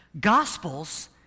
Gospels